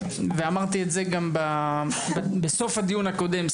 אמרתי את זה גם בסוף הדיון הקודם.